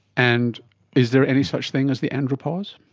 and is there any such thing as the andropause?